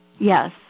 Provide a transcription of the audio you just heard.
Yes